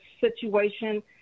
situation